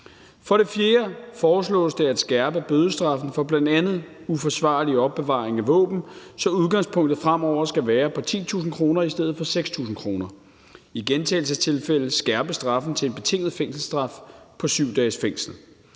For det fjerde foreslås det at skærpe bødestraffen for bl.a. uforsvarlig opbevaring af våben, så udgangspunktet fremover skal være på 10.000 kr. i stedet for 6.000 kr. I gentagelsestilfælde skærpes straffen til en betinget fængselsstraf på 7 dages fængsel.